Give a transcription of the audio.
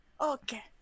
Okay